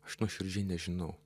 aš nuoširdžiai nežinau